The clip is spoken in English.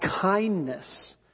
kindness